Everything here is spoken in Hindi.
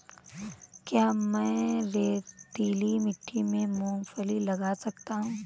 क्या मैं रेतीली मिट्टी में मूँगफली लगा सकता हूँ?